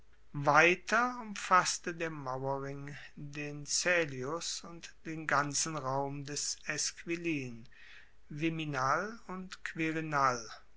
weiter umfasste der mauerring den caelius und den ganzen raum des esquilin viminal und quirinal